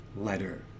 letter